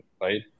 right